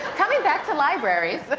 coming back to libraries,